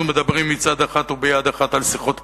אנחנו מדברים מצד אחד וביד אחת על שיחות קרבה,